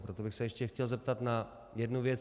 Proto bych se ještě chtěl zeptat na jednu věc.